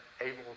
able